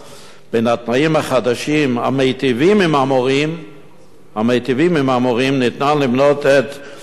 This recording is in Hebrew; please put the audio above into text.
בין התנאים החדשים המיטיבים עם המורים ניתן למנות: א.